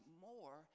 more